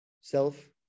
self